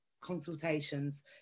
consultations